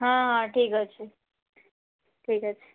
ହଁ ହଁ ଠିକଅଛି ଠିକଅଛି